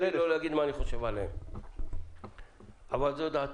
תרשה לי לא להגיד מה אני חושב --- זה העניין,